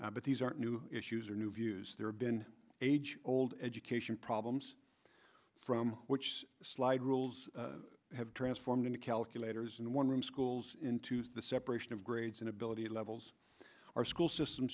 but these aren't new issues or new views there have been age old education problems from which slide rules have transformed into calculators in one room schools into the separation of grades and ability levels our schools s